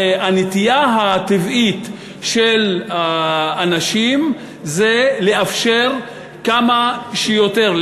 הנטייה הטבעית של אנשים זה לאפשר כמה שיותר,